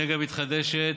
אנרגיה מתחדשת,